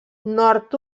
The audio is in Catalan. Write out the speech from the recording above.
nord